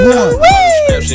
one